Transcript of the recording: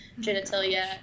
genitalia